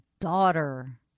daughter